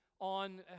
on